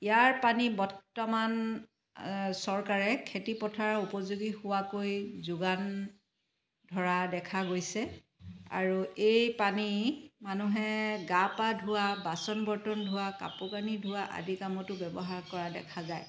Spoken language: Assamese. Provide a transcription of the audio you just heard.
ইয়াৰ পানী বৰ্তমান চৰকাৰে খেতিপথাৰৰ উপযোগী হোৱাকৈ যোগান ধৰা দেখা গৈছে আৰু এই পানী মানুহে গা পা ধোৱা বাচন বৰ্তন ধোৱা কাপোৰ কানি ধোৱা আদি কামতো ব্যৱহাৰ কৰা দেখা যায়